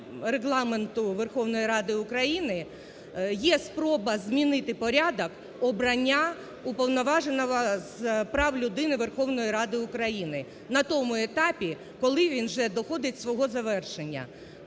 Регламенту Верховної Ради України, - є спроба змінити порядок обрання Уповноваженого з прав людини Верховної Ради України на тому етапі, коли він вже доходить свого завершення.